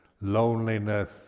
loneliness